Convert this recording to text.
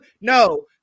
No